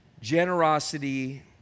Generosity